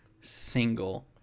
single